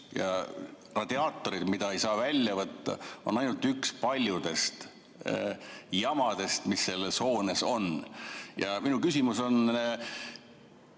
ja radiaatorid, mida ei saa välja võtta, on ainult üks paljudest jamadest, mis selles hoones on. Mu küsimus on,